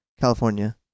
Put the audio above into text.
California